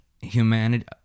Humanity